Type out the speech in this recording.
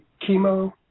chemo